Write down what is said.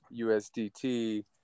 USDT